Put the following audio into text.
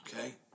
Okay